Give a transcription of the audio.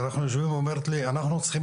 כאשר אנחנו יושבים היא אומרת לי שאנחנו צריכים